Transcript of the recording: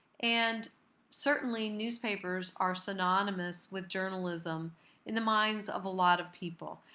and certainly newspapers are synonymous with journalism in the minds of a lot of people.